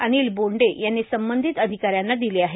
अनिल बोंडे यांनी संबंधित अधिकाऱ्यांना दिले आहे